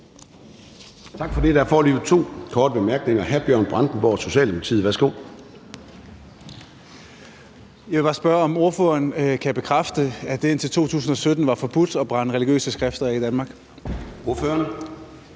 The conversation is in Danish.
Tak for det. Der er foreløbig to til korte bemærkninger. Hr. Bjørn Brandenborg fra Socialdemokratiet. Værsgo. Kl. 13:30 Bjørn Brandenborg (S): Jeg vil bare spørge, om ordføreren kan bekræfte, at det indtil 2017 var forbudt at brænde religiøse skrifter af i Danmark. Kl.